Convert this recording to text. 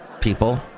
people